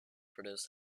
produced